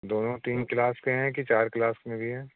दोनों तीन क्लास के हैं कि चार क्लास में भी हैं